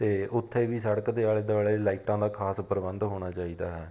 ਅਤੇ ਉੱਥੇ ਵੀ ਸੜਕ ਦੇ ਆਲੇ ਦੁਆਲੇ ਲਾਈਟਾਂ ਦਾ ਖਾਸ ਪ੍ਰਬੰਧ ਹੋਣਾ ਚਾਹੀਦਾ ਹੈ